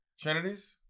Trinity's